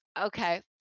okay